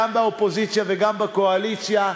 גם באופוזיציה וגם בקואליציה,